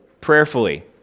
prayerfully